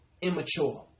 Immature